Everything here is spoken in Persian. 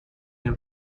این